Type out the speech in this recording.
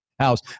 house